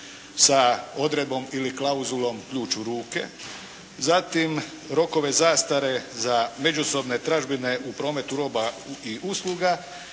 sa odredbom ili klauzulom ključ u ruke, zatim rokove zastare za međusobne tražbine u prometu roba i usluga